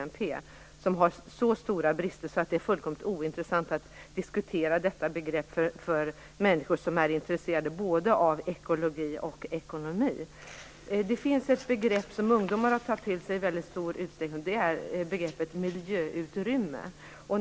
Detta begrepp har så stora brister att det är fullkomligt ointressant att diskutera det för människor som är intresserade av både ekologi och ekonomi. Det finns ett begrepp som ungdomar har tagit till sig i väldigt stor utsträckning - begreppet miljöutrymme.